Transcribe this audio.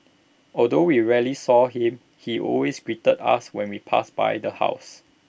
although we rarely saw him he always greeted us when we passed by the house